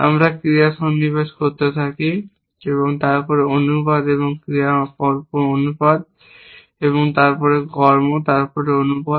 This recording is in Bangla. আমরা ক্রিয়া সন্নিবেশ করতে থাকি তারপর অনুপাত এবং ক্রিয়া তারপর অনুপাত এবং কর্ম তারপর অনুপাত